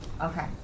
Okay